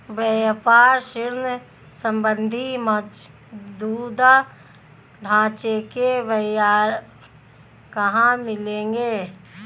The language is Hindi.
व्यापार ऋण संबंधी मौजूदा ढांचे के ब्यौरे कहाँ मिलेंगे?